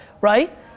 right